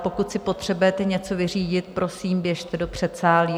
Pokud si potřebujete něco vyřídit, prosím, běžte do předsálí.